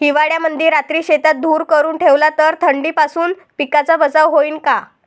हिवाळ्यामंदी रात्री शेतात धुर करून ठेवला तर थंडीपासून पिकाचा बचाव होईन का?